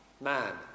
man